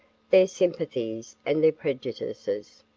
their sympathies and their prejudices.